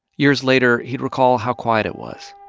years later, he'd recall how quiet it was,